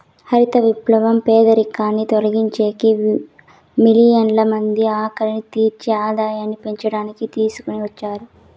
హరిత విప్లవం పేదరికాన్ని తగ్గించేకి, మిలియన్ల మంది ఆకలిని తీర్చి ఆదాయాన్ని పెంచడానికి తీసుకొని వచ్చారు